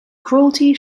cruelty